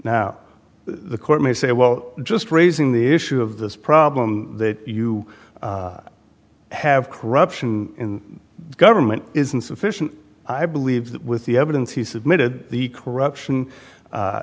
now the court may say well just raising the issue of this problem that you have corruption in government is insufficient i believe that with the evidence he submitted the corruption